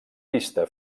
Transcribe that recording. pista